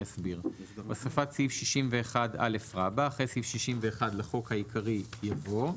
הוספת סעיף 61א. אחרי סעיף 61 לחוק העיקרי יבוא: